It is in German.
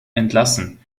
entlassen